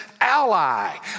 ally